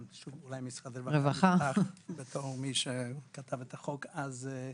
אולי משרד הרווחה בתור מי שכתב את החוק אז.